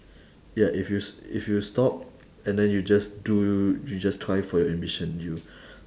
ya if you s~ if you stop and then you just do you just try for your ambitions you